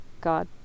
god